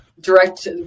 direct